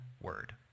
word